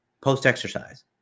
post-exercise